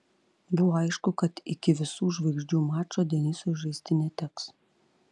buvo aišku kad iki visų žvaigždžių mačo denisui žaisti neteks